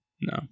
No